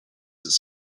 its